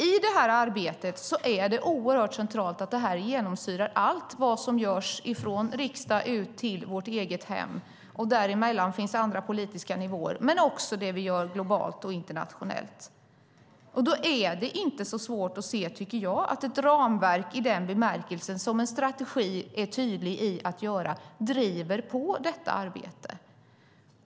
I det här arbetet är det oerhört centralt att detta genomsyrar allt vad som görs från riksdag och ut till vårt eget hem. Däremellan finns det andra politiska nivåer. Men det gäller också det som vi gör globalt och internationellt. Då är det inte så svårt att se, tycker jag, att ett ramverk i den bemärkelsen, som en strategi är tydlig i att göra, driver på detta arbete.